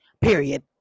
Period